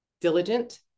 diligent